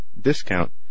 discount